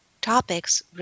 topics